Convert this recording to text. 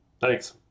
Thanks